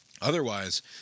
Otherwise